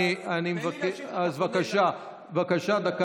אני מבקש להשיב לדבריך.